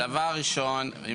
בוא